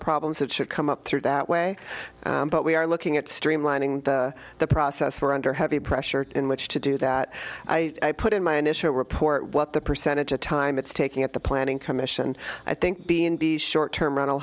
problems that should come up through that way but we are looking at streamlining the process we're under heavy pressure in which to do that i put in my initial report what the percentage of time it's taking at the planning commission i think being be short term